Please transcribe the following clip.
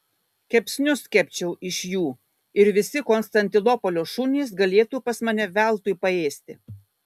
kepsnius kepčiau iš jų ir visi konstantinopolio šunys galėtų pas mane veltui paėsti